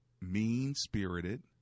mean-spirited